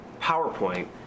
PowerPoint